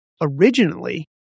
Originally